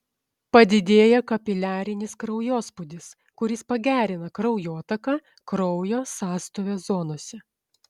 padidėja kapiliarinis kraujospūdis kuris pagerina kraujotaką kraujo sąstovio zonose